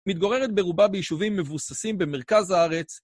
מתגוררת ברובה ביישובים מבוססים במרכז הארץ.